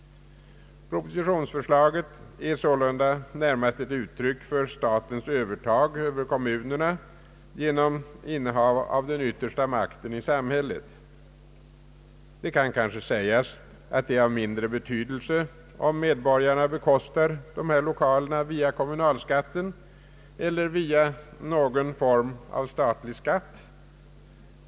Propositionsförslaget är sålunda närmast ett uttryck för statens övertag över kommunerna genom innehav av den yttersta makten i samhället. Det kan möjligen sägas att det är av mindre betydelse om medborgarna bekostar dessa lokaler via kommunalskatten eller via någon form av statlig skatt.